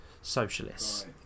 socialists